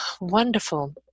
wonderful